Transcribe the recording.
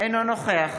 אינו נוכח